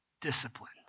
discipline